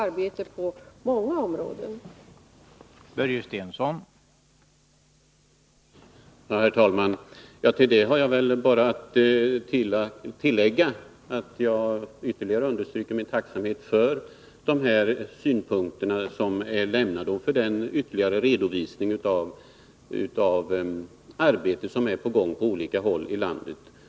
Arbetet bedrivs alltså på många olika sätt.